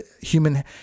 human